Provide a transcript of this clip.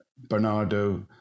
Bernardo